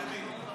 תחשבי.